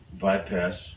bypass